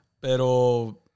Pero